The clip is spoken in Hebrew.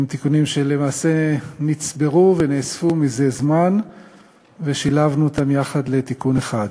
אלה תיקונים שלמעשה נצברו ונאספו מזה זמן ושילבנו אותם יחד לתיקון אחד.